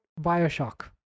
bioshock